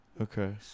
Okay